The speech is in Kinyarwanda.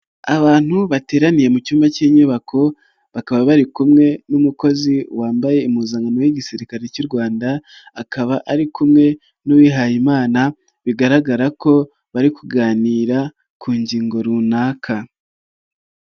Abantu bateraniye mu cyumba cy'inyubako bakaba bari kumwe n'umukozi wambaye impuzankano y'igisirikare cy'u Rwanda, akaba ari kumwe n'uwihayimana bigaragara ko bari kuganira ku ngingo runaka.